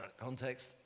Context